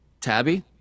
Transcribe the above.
Tabby